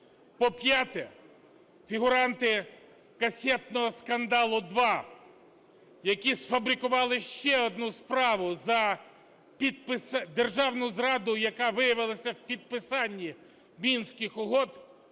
По-п'яте, фігуранти "касетного скандалу 2", які сфабрикували ще одну справу за… державну зраду, яка виявилася у підписанні Мінських угод.